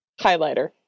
highlighter